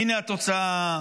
הינה התוצאה.